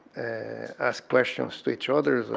ask questions to each other,